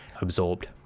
absorbed